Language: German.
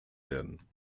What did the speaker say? werden